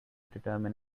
determine